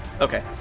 Okay